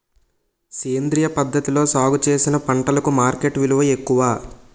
సేంద్రియ పద్ధతిలో సాగు చేసిన పంటలకు మార్కెట్ విలువ ఎక్కువ